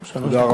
שלוש דקות,